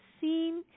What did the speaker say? seen